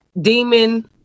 Demon